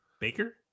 Baker